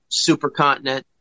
supercontinent